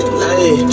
hey